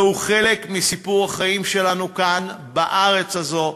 זהו חלק מסיפור החיים שלנו כאן, בארץ הזאת,